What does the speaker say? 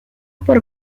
por